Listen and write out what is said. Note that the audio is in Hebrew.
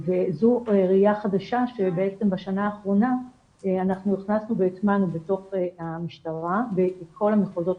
זו ראייה חדשה שבשנה האחרונה הטמענו בתוך המשטרה ובכל המחוזות,